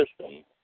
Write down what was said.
system